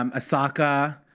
um asaka,